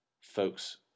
folks